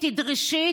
תדרשי,